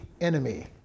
enemy